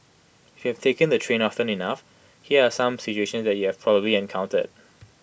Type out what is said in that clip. if you've taken the train often enough here are some situations that you'd have probably encountered